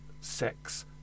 sex